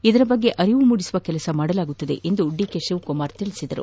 ಇದರ ಬಗ್ಗೆ ಅರಿವು ಮೂಡಿಸುವ ಕೆಲಸ ಮಾಡಲಾಗುವುದು ಎಂದು ಡಿಕೆ ಶಿವಕುಮಾರ್ ಹೇಳಿದರು